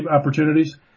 opportunities